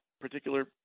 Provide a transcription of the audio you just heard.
particular